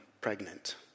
pregnant